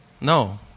No